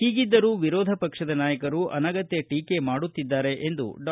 ಹೀಗಿದ್ದರೂ ವಿರೋಧ ಪಕ್ಷದ ನಾಯಕರೂ ಅನಗತ್ಯ ಟೀಕೆ ಮಾಡುತ್ತಿದ್ದಾರೆ ಎಂದು ಡಾ